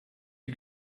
you